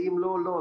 ואם לא לא.